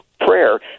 prayer